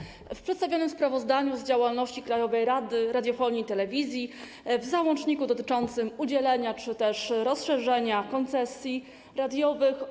Co odnajdziemy w przedstawionym sprawozdaniu z działalności Krajowej Rady Radiofonii i Telewizji w załączniku dotyczącym udzielenia czy też rozszerzenia koncesji radiowych?